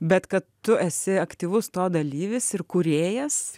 bet kad tu esi aktyvus to dalyvis ir kūrėjas